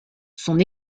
son